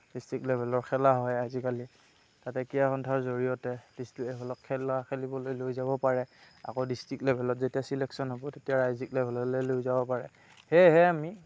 district লেভেলৰ খেলা হয় আজিকালি তাতে ক্ৰীড়া সন্থাৰ জড়িয়তে ডিষ্ট্ৰিক্ট লেভেলৰ খেলা খেলিবলৈ লৈ যাব পাৰে আকৌ ডিষ্ট্ৰিক্ট লেভেলত যেতিয়া চিলেকশ্যন হ'ব তেতিয়া ৰাজ্যিক লেভেললৈ লৈ যাব পাৰে সেয়েহে আমি